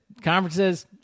Conferences